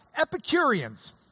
Epicureans